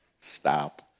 stop